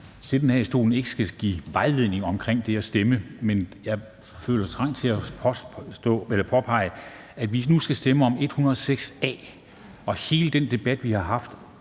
siddende her i stolen ikke skal give vejledning omkring det at stemme, men jeg føler trang til at påpege, at vi nu skal stemme om L 106 A, og at hele den debat, vi har haft,